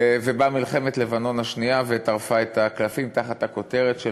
ובאה מלחמת לבנון השנייה וטרפה את הקלפים תחת הכותרת של,